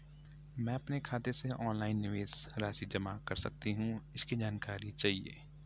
मैं अपने खाते से ऑनलाइन निवेश राशि जमा कर सकती हूँ इसकी जानकारी चाहिए?